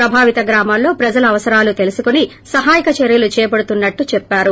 ప్రభావిత గ్రామాల్లో ప్రజల అవసరాలు తెలుసుకుని సహాయక చర్యలు చేపడుతున్నట్టు చెప్పారు